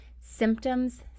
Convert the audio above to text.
symptoms